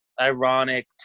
ironic